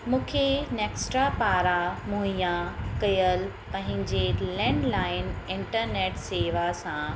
मूंखे नैक्स्ट्रा पारां मुहैया कयलु पंहिंजे लैंडलाइन इंटरनेट सेवा सां